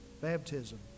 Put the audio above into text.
baptism